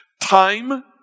Time